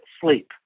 sleep